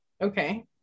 Okay